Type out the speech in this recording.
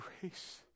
grace